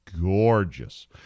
gorgeous